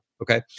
Okay